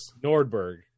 Nordberg